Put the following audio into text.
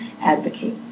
advocate